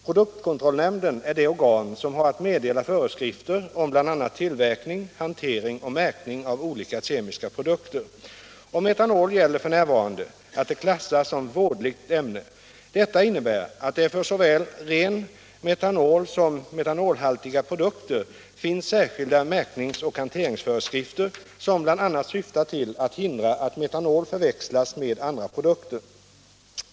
Produktkontrollnämnden är det organ som har att meddela föreskrifter om bl.a. tillverkning, hantering och märkning av olika kemiska produkter. Om metanol gäller f. n. att det klassas som ”vådligt ämne”. Detta innebär att det för såväl ren metanol som metanolhaltiga produkter finns särskilda märknings och hanteringsföreskrifter som bl.a. syftar till att förhindra att metanol förväxlas med andra produkter.